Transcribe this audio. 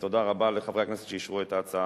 תודה רבה לחברי הכנסת שאישרו את ההצעה.